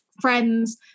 friends